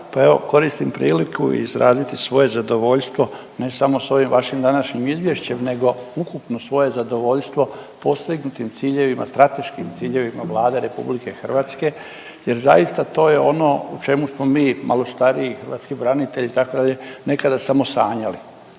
koristim priliku izraziti svoje zadovoljstvo ne samo sa ovim vašim današnjim izvješćem nego ukupno svoje zadovoljstvo postignutim ciljevima, strateškim ciljevima Vlade Republike Hrvatske jer zaista to je ono u čemu smo mi malo stariji hrvatski branitelji itd. nekada samo sanjali.